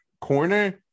corner